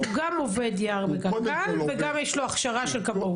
הוא גם עובד יער בקק"ל וגם יש לו הכשרה של כבאות.